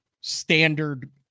standard